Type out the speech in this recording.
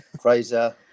Fraser